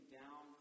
down